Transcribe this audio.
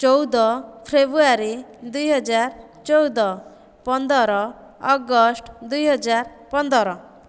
ଚଉଦ ଫେବୃୟାରୀ ଦୁଇହଜାର ଚଉଦ ପନ୍ଦର ଅଗଷ୍ଟ ଦୁଇହଜାର ପନ୍ଦର